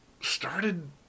started